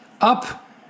up